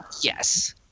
Yes